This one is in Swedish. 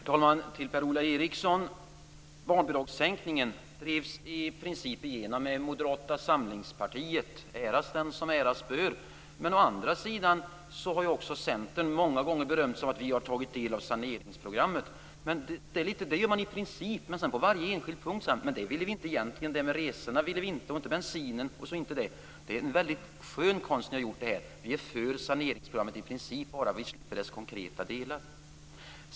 Herr talman! Till Per-Ola Eriksson vill jag säga: Barnbidragssänkningen drevs i princip igenom tillsammans med Moderata samlingspartiet. Äras den som äras bör. Å andra sidan har Centern många gånger berömt sig av att man har tagit del i saneringsprogrammet. Det har man gjort i princip, men sedan säger man på varje enskild punkt: Det ville vi egentligen inte. Det här med resorna och med bensinen ville vi inte. Det är en skön konst att säga: Vi är för saneringsprogrammet i princip, bara vi slipper dess konkreta delar.